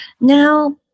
now